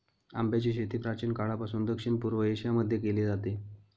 आंब्याची शेती प्राचीन काळापासून दक्षिण पूर्व एशिया मध्ये केली जाते